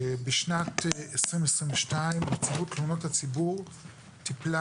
בשנת 2022 נציבות תלונות הציבור טיפלה